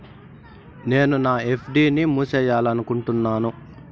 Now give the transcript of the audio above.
నేను నా ఎఫ్.డి ని మూసేయాలనుకుంటున్నాను